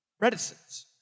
reticence